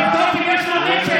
תבדוק אם יש לו נשק.